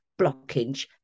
blockage